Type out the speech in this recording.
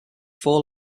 four